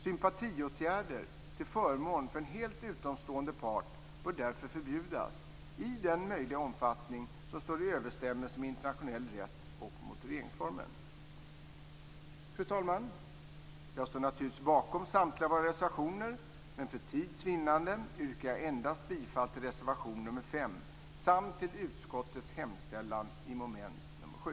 Sympatiåtgärder till förmån för en helt utomstående part bör därför förbjudas i den möjliga omfattning som står i överensstämmelse med internationell rätt och mot regeringsformen. Fru talman! Jag står naturligtvis bakom samtliga våra reservationer, men för tids vinnande yrkar jag bifall endast till reservation nr 5 samt till utskottets hemställan under mom. 7.